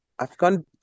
Afghan